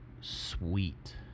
sweet